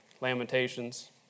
Lamentations